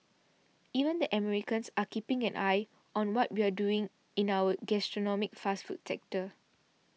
even the Americans are keeping an eye on what we're doing in our gastronomic fast food sector